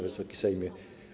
Wysoki Sejmie!